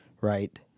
right